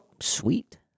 sweet